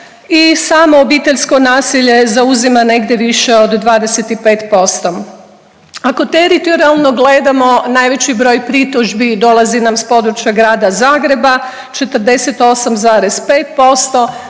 i samo obiteljsko nasilje zauzima negdje više od 25%. Ako teritorijalno gledamo najveći broj pritužbi dolazi na s područja Grada Zagreba 48,5%,